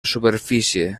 superfície